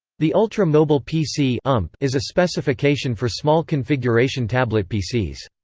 the ultra-mobile pc um is a specification for small-configuration tablet pcs.